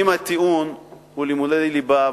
אם הטיעון הוא לימודי ליבה,